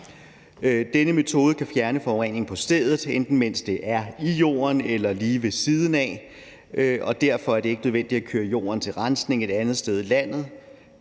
Denne metode kan fjerne forureningen på stedet, enten mens det er i jorden eller lige ved siden af, og derfor er det ikke nødvendigt at køre jorden til rensning et andet sted i landet.